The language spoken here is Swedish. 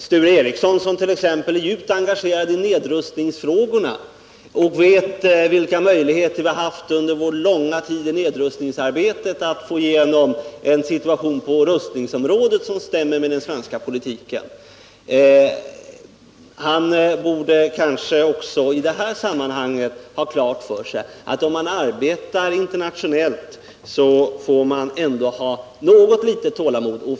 Sture Ericson, som t.ex. är djupt engagerad i nedrustningsfrågorna och vet vilka möjligheter vi har haft under vår långa tid i nedrustningsarbetet att åstadkomma en situation på rustningsområdet som stämmer med den svenska politiken, borde kanske också i detta sammanhang ha klart för sig att man när man arbetar internationellt måste ha något litet tålamod.